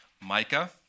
Micah